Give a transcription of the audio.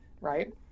right